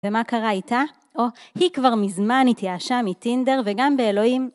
ומה קרה איתה? או, היא כבר מזמן התייאשה מטינדר וגם באלוהים.